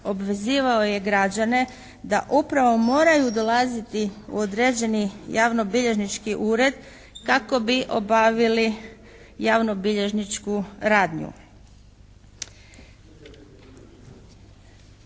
obvezivao je građane da upravo moraju dolaziti u određeni javnobilježnički ured kako bi obavili javnobilježničku radnju.